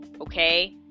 okay